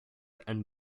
and